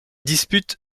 dispute